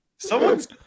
Someone's –